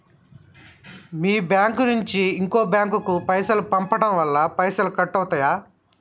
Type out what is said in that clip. మీ bank నుంచి ఇంకో bank కు పైసలు పంపడం వల్ల పైసలు కట్ అవుతయా?